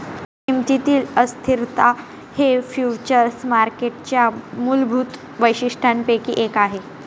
किमतीतील अस्थिरता हे फ्युचर्स मार्केटच्या मूलभूत वैशिष्ट्यांपैकी एक आहे